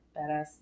Badass